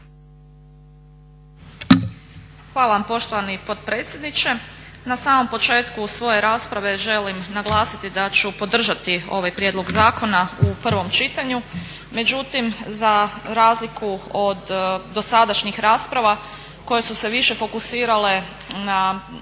Hvala vam poštovani potpredsjedniče. Na samom početku svoje rasprave želim naglasiti da ću podržati ovaj prijedlog zakona u prvom čitanju. Međutim za razliku od dosadašnjih rasprava koje su se više fokusirale na